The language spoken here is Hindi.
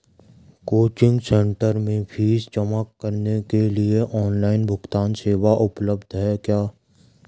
कोचिंग सेंटर में फीस जमा करने के लिए ऑनलाइन भुगतान सेवा उपलब्ध है क्या?